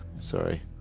sorry